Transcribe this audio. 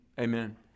Amen